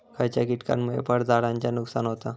खयच्या किटकांमुळे फळझाडांचा नुकसान होता?